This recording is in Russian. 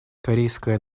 корейская